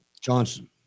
Johnson